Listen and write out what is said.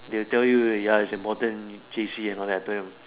they will tell you ya it's important J_C and all that I tell you